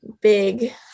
big